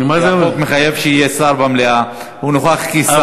החוק מחייב שיהיה שר במליאה, הוא נוכח כשר.